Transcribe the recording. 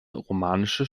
romanische